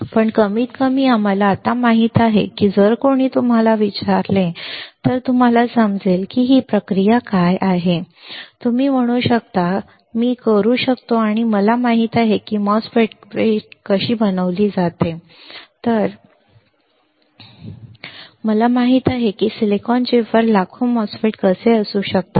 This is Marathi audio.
पण कमीतकमी आम्हाला आता माहित आहे की जर कोणी तुम्हाला विचारले तर तुम्हाला समजेल की ही प्रक्रिया काय आहे तुम्ही म्हणू शकता मी करू शकतो आणि कारण मला माहित आहे की एमओएसएफईटी कशी बनवली आहे मला माहित आहे की एका सिलिकॉन चिपवर लाखो एमओएसएफईटी कसे असू शकतात